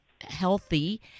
healthy